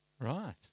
Right